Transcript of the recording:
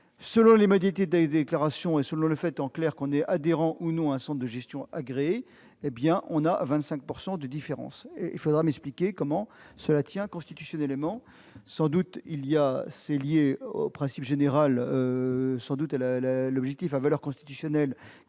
Selon les modalités de déclaration et selon le fait qu'on est adhérent ou non à un centre de gestion agréé, il y a 25 % de différence. Il faudra m'expliquer comment cela tient constitutionnellement. Sans doute est-ce lié à l'objectif de valeur constitutionnelle